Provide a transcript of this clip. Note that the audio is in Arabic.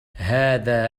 هذا